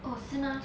oh 是吗